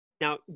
Now